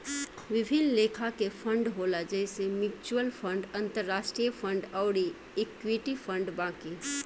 विभिन्न लेखा के फंड होला जइसे म्यूच्यूअल फंड, अंतरास्ट्रीय फंड अउर इक्विटी फंड बाकी